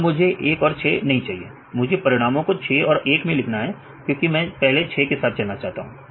अब मुझे यह 1 और 6 नहीं चाहिए मुझे परिणामों को 6 और 1 मैं लिखना है क्योंकि मैं पहले 6 के साथ चलना चाहता हूं